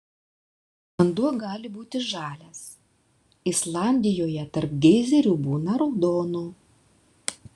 vanduo gali būti žalias islandijoje tarp geizerių būna raudono